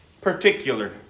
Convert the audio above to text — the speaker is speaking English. particular